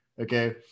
Okay